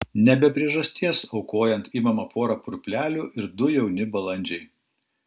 ne be priežasties aukojant imama pora purplelių ir du jauni balandžiai